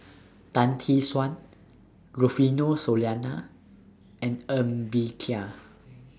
Tan Tee Suan Rufino Soliano and Ng Bee Kia